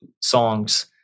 songs